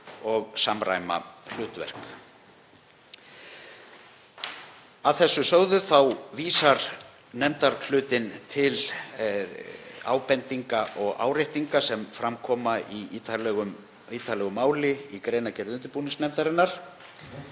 og samræma hlutverk. Að þessu sögðu þá vísar nefndarhlutinn til ábendinga og áréttinga sem fram koma í ítarlegu máli í greinargerð undirbúningsnefndarinnar